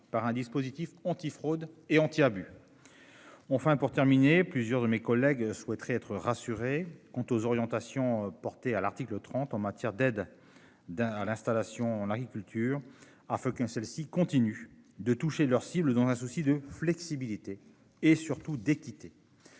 par un dispositif anti-fraude et anti-abus. Ont enfin pour terminer, plusieurs de mes collègues souhaiteraient être rassurés quant aux orientations portées à l'article 30 en matière d'aide d'un à l'installation en agriculture à feu aucun celle-ci continuent de toucher leurs cibles dans un souci de flexibilité et surtout d'équité.